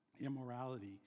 immorality